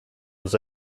was